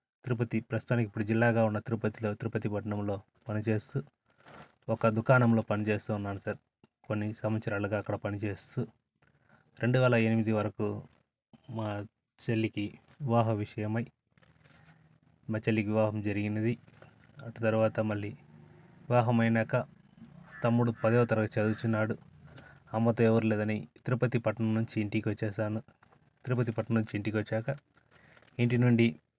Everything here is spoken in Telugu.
తిరుపతి ప్రస్తుతానికి ఇప్పుడు జిల్లాగా ఉన్న తిరుపతిలో తిరుపతి పట్టణంలో పనిచేస్తు ఒక దుకాణంలో పనిచేస్తు ఉన్నాను సార్ కొన్ని సంవత్సరాలుగా అక్కడ పనిచేస్తు రెండు వేల ఎనిమిది వరకు మా చెల్లికి వివాహ విషయమై మా చెల్లికి వివాహం జరిగింది అటు తర్వాత మళ్ళీ వివాహమైనాక తమ్ముడు పదో తరగతి చదువుతున్నాడు అమ్మతో ఎవరు లేదని తిరుపతి పట్టణం నుంచి ఇంటికి వచ్చేసాను తిరుపతి పట్టణం నుంచి ఇంటికి వచ్చాక ఇంటి నుండి